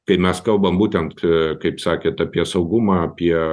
kai mes kalbam būtent kaip sakėt apie saugumą apie